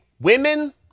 Women